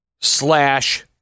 slash